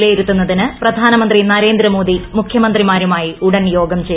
വിലയിരുത്തുന്നതിന് പ്രധാനമന്ത്രി നരേന്ദ്രമോദി മുഖ്യമന്ത്രിമാരുമായി ഉടൻ യോഗം ചേരും